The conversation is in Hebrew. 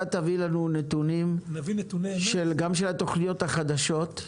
תביא לנו נתונים גם של התוכניות החדשות,